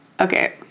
okay